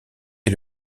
est